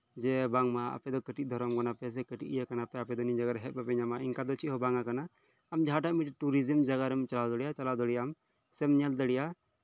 ᱡᱮᱹ ᱵᱟᱝᱢᱟ ᱟᱯᱮᱫᱚ ᱠᱟᱹᱴᱤᱡ ᱫᱷᱚᱨᱚᱢ ᱠᱟᱱᱟ ᱯᱮ ᱥᱮ ᱠᱟᱹᱴᱤᱡ ᱤᱭᱟᱹ ᱠᱟᱱᱟ ᱯᱮ ᱟᱯᱮ ᱫᱚ ᱱᱤᱭᱟᱹ ᱡᱟᱭᱜᱟᱨᱮ ᱦᱮᱡ ᱵᱟᱯᱮ ᱧᱟᱢᱟ ᱚᱱᱠᱟ ᱪᱮᱫ ᱦᱚᱸ ᱵᱟᱝ ᱠᱟᱱᱟ ᱟᱢ ᱡᱟᱦᱟᱸᱴᱟᱜ ᱴᱩᱨᱤᱡᱚᱢ ᱡᱟᱭᱜᱟ ᱨᱮᱢ ᱪᱟᱞᱟᱣ ᱫᱟᱲᱮᱭᱟᱜᱼᱟ ᱪᱟᱞᱟᱣ ᱫᱟᱲᱮᱭᱟᱜ ᱟᱢ ᱥᱮᱢ ᱧᱮᱞ ᱫᱟᱲᱮᱭᱟᱜᱼᱟ